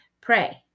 Pray